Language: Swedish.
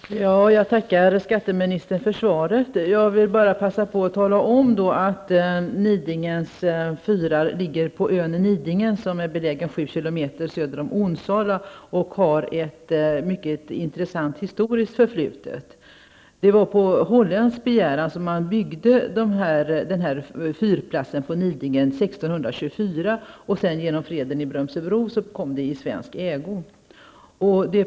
Herr talman! Jag tackar skatteministern för svaret. Jag till tala om att Nidingens fyrar ligger på ön Nidingen, som är belägen 7 km söder om Onsala, och att de har ett mycket intressant historiskt förflutet. Det var på holländsk begäran som man byggde fyrplatsen på Nidingen 1624. Genom freden i Brömsebro kom den sedan i svensk ägo.